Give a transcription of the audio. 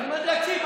תלמד להקשיב.